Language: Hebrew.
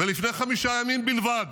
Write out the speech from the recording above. ולפני חמישה ימים בלבד